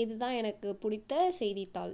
இதுதான் எனக்கு பிடித்த செய்தித்தாள்